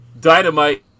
Dynamite